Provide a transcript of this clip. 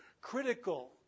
Critical